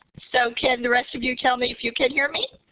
so can the rest of you tell me if you can hear me?